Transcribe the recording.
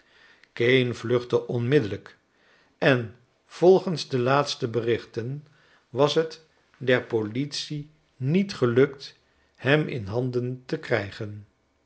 kane vluchtte onmiddellijk en volgens de laatste berichten was het der politie niet gelukt hem in handen te krijgen